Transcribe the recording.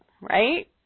right